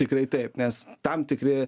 tikrai taip nes tam tikri